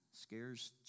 Scares